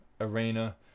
arena